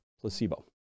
placebo